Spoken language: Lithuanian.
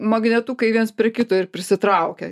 magnetukai viens prie kito ir prisitraukia